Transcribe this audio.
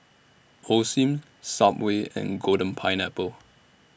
Osim Subway and Golden Pineapple